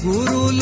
Guru